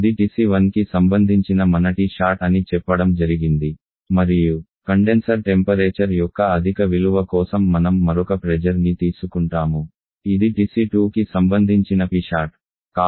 ఇది TC1కి సంబంధించిన మన Tsat అని చెప్పడం జరిగింది మరియు కండెన్సర్ టెంపరేచర్ యొక్క అధిక విలువ కోసం మనం మరొక ప్రెజర్ ని తీసుకుంటాము ఇది TC2కి సంబంధించిన Psat